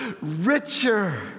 richer